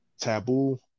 Taboo